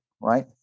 right